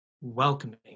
welcoming